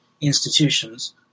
institutions